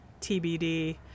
TBD